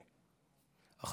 אדוני,